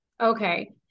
okay